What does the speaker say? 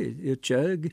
ir čia